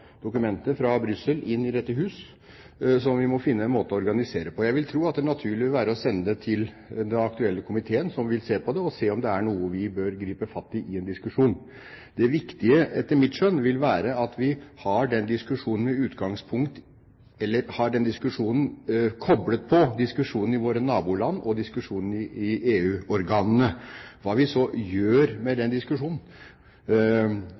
fra Brussel inn i dette hus, og vi må finne en måte å organisere dette på. Jeg vil tro at det naturlige ville være å sende det til den aktuelle komiteen, som vil se på det, og se om det er noe vi bør gripe fatt i i en diskusjon. Det viktige etter mitt skjønn vil være at vi har den diskusjonen koplet på diskusjonen i våre naboland og diskusjonen i EU-organene. Hva vi så gjør med